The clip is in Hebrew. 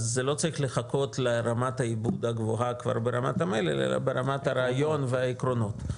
אז זה לא צריך לרמת העיבוד הגבוהה ברמת המלל אלא באמת הרעיון והעקרונות.